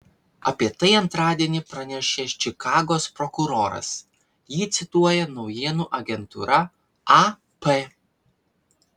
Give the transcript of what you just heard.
apie tai antradienį pranešė čikagos prokuroras jį cituoja naujienų agentūra ap